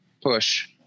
push